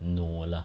no lah